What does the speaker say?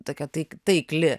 tokia taik taikli